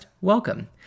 welcome